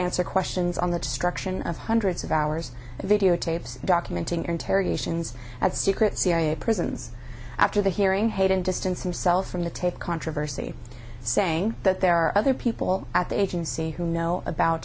answer questions on the destruction of hundreds of hours of videotapes documenting interrogations at secret cia prisons after the hearing hayden distanced himself from the take controversy saying that there are other people at the agency who know about